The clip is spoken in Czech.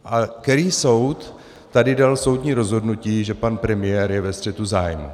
A který soud tady dal soudní rozhodnutí, že pan premiér je ve střetu zájmů?